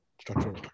structural